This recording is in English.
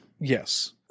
Yes